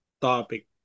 topic